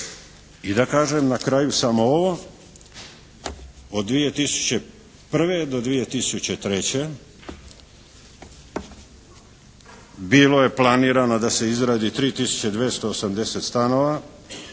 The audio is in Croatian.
I da kažem na kraju samo ovo. Od 2001. do 2003. bilo je planirano da se izradi 3280 stanova